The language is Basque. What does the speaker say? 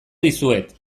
dizuet